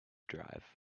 drive